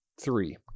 three